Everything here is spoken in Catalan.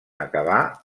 acabà